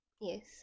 Yes